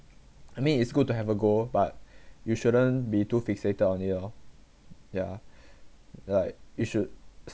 I mean it's good to have a goal but you shouldn't be too fixated on it lor ya like you should